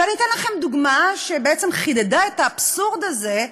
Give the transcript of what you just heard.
ואתן לכם דוגמה שבעצם חידדה את האבסורד הזה,